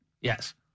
Yes